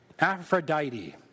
Aphrodite